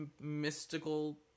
mystical